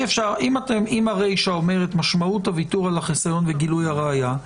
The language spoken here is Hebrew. אם הרישא מדברת על משמעות הוויתור על החיסיון וגילוי הראיה,